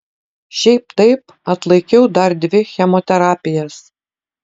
šiaip taip atlaikiau dar dvi chemoterapijas